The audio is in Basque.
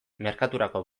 merkaturako